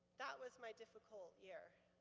that was my difficult year.